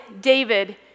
David